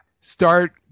Start